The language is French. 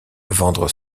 vendre